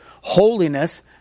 holiness